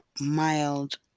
mild